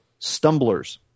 stumblers